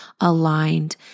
aligned